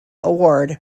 award